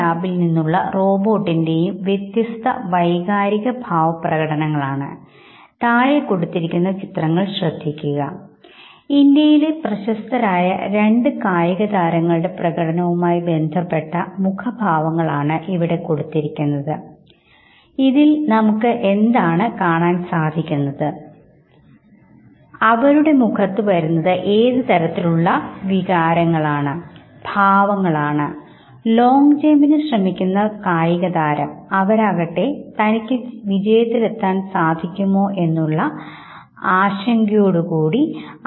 എന്നാൽ അതിൽ നിന്നും നിന്നും വ്യത്യസ്തമായി സാംസ്കാരിക ഘടകങ്ങളെയാണ് അടിസ്ഥാനമാക്കിയിരിക്കുന്നത് എന്നത് രസകരമായ കാര്യമാണ് അതുകൊണ്ട് പാശ്ചാത്യ പൌരസ്ത്യ ദേശങ്ങളിൽ ഉള്ള വ്യത്യസ്ത സംസ്കാരങ്ങളിൽ ഉള്ള വ്യക്തികളുടെ പ്രകടനങ്ങളും മുഖഭാവങ്ങളും ശ്രദ്ധിക്കുക അത് സാക്ഷരരോ നിരക്ഷരരോ ആയ വ്യക്തികൾ ആയിക്കോട്ടെ അവർ ഒരു ക്യാമറയുടെ മുന്നിൽ ഫോട്ടോ എടുക്കുന്നതിനു വേണ്ടി നിൽക്കുമ്പോൾ പുഞ്ചിരിച്ചു കൊണ്ടാണ് നിൽക്കുക